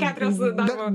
keturias tavo